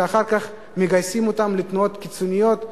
שאחר כך מגייסים אותם לתנועות קיצוניות,